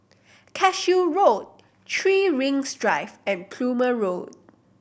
Cashew Road Three Rings Drive and Plumer Road